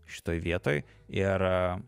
šitoj vietoj ir